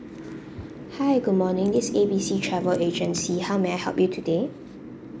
hi good morning this is A B C travel agency how may I help you today